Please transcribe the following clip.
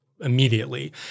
immediately